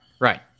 Right